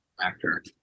actor